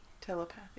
telepathy